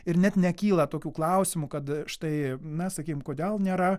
ir net nekyla tokių klausimų kad štai na sakykim kodėl nėra